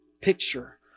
picture